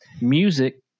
music